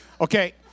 Okay